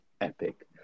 epic